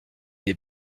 des